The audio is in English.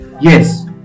Yes